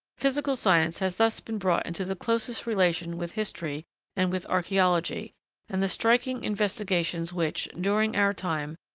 physical science has thus been brought into the closest relation with history and with archaeology and the striking investigations which, during our time,